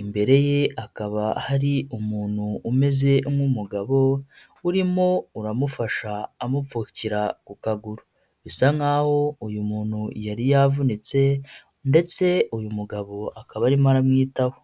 imbere ye hakaba hari umuntu umeze nk'umugabo urimo uramufasha amupfukira ku kaguru, bisa nk’aho uyu muntu yari yavunitse ndetse uyu mugabo akaba arimo aramwitaho.